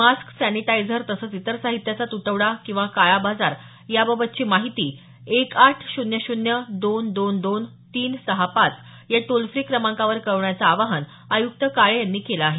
mask sanitizer तसंच इतर साहित्याचा तुटवडा किंवा काळाबाजार याबाबतची माहिती एक आठ शून्य शून्य दोन दोन तीन सहा पाच या टोल फ्री क्रमांकावर कळवण्याचं आवाहन आयुक्त काळे यांनी केलं आहे